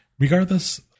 Regardless